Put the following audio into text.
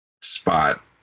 spot